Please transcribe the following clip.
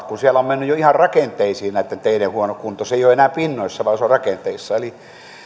kun siellä on mennyt jo ihan rakenteisiin näitten teiden huono kunto se ei ole enää pinnoissa vaan se on rakenteissa